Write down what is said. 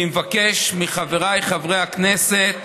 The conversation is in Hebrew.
אני מבקש מחבריי חברי הכנסת,